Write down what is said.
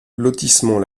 lotissement